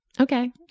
okay